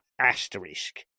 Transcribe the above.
asterisk